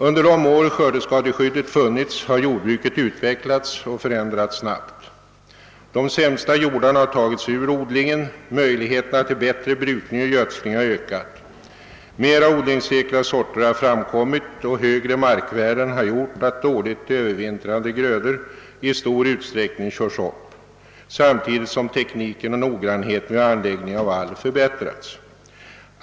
Under de år skördeskadeskyddet funnits har jordbruket utvecklats och förändrats snabbt. De sämsta jordarna har tagits ur odlingen, möjligheterna till bättre brukning och gödsling har ökat. Mera odlingssäkra sorter har framkommit och högre markvärden har gjort att dåligt övervintrade grödor i större utsträckning körs upp, samtidigt som tekniken och noggrannheten vid anläggningen av vall förbättrats.